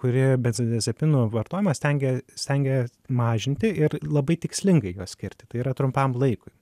kuri benzodiazepinų vartojimą stengia stengia mažinti ir labai tikslingai juos skirti tai yra trumpam laikui